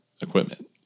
equipment